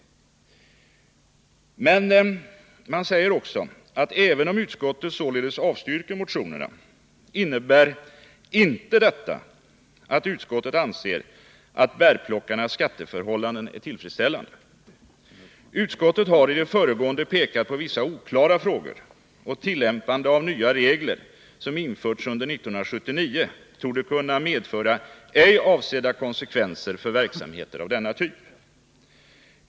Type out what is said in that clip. Men utskottet säger också: ”Även om utskottet således avstyrker motionerna innebär inte detta att utskottet anser att bärplockarnas skatteförhållanden är tillfredsställande. Utskottet har i det föregående pekat på vissa oklara frågor, och tillämpningen av de nya regler som införts under 1979 torde kunna medföra ej avsedda konsekvenser för verksamheter av denna typ.